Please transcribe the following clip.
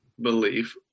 belief